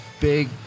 big